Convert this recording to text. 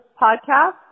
podcast